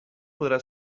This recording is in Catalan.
podrà